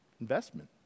investment